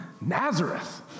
Nazareth